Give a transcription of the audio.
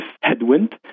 headwind